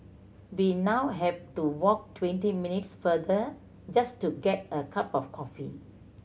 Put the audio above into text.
we now have to walk twenty minutes further just to get a cup of coffee